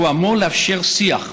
הוא אמור לאפשר שיח,